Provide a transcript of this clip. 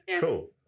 cool